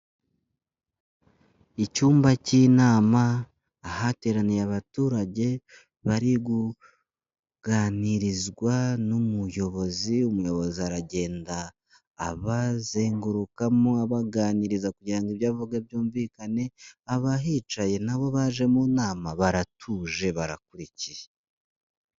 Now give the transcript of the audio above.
Icyumba cy'inama, ahateraniye abaturage bari kuganirizwa n'umuyobozi, umuyobozi aragenda abazengurukamo abaganiriza kugirango ibyo avuga byumvikane, abahicaye nabo baje mu nama baratuje barakurikiye.